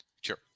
sure